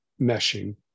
meshing